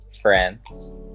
friends